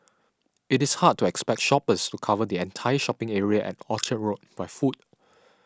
it is hard to expect shoppers to cover the entire shopping area at Orchard Road by foot